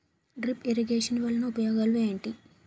drip irrigation వలన ఉపయోగం ఏంటి